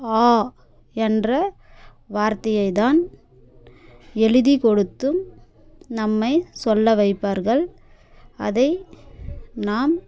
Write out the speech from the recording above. ஆ என்ற வார்த்தையை தான் எழுதி கொடுத்தும் நம்மை சொல்ல வைப்பார்கள் அதை நாம்